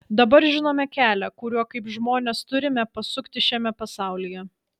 dabar žinome kelią kuriuo kaip žmonės turime pasukti šiame pasaulyje